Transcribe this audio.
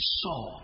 saw